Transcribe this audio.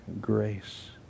grace